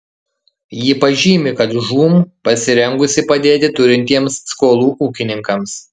ji pažymi kad žūm pasirengusi padėti turintiems skolų ūkininkams